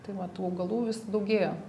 tai va tų augalų vis daugėjo